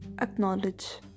acknowledge